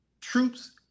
Troops